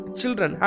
children